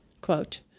Quote